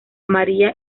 maría